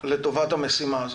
לטובת המשימה הזו.